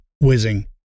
whizzing